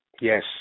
Yes